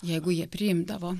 jeigu jie priimdavo